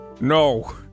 No